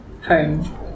home